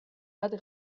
bat